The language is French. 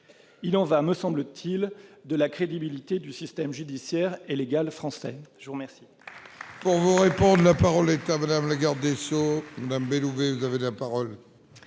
Il y va, me semble-t-il, de la crédibilité du système judiciaire et légal français.